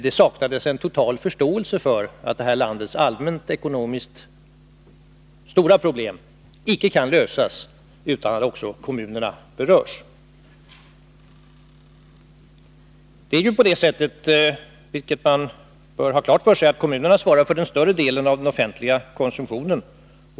Det saknades totalt en förståelse för att det här landets allmänt ekonomiskt stora problem icke kan lösas utan att också kommunerna berörs. Det är ju så — vilket man bör ha klart för sig — att kommunerna svarar för den större delen av den offentliga konsumtionen.